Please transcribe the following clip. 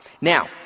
Now